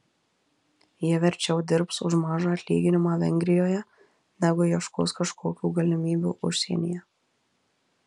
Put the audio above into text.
jie verčiau dirbs už mažą atlyginimą vengrijoje negu ieškos kažkokių galimybių užsienyje